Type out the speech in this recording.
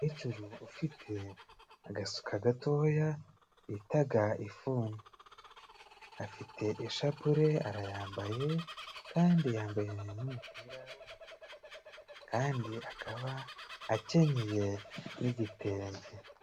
Umukecuru ufite agasuka gatoya bitaga ifuni, afite ishapure arayambaye kandi yambaye n'umupira w'umutuku kandi akaba akenyeye n'igitenge.